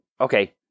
okay